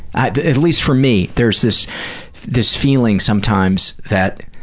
at least for me, there's this this feeling sometimes that